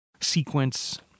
sequence